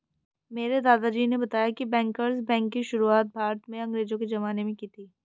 मेरे दादाजी ने बताया की बैंकर्स बैंक की शुरुआत भारत में अंग्रेज़ो के ज़माने में की थी